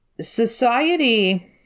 society